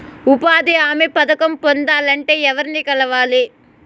ఉపాధి హామీ పథకం పొందాలంటే ఎవర్ని కలవాలి?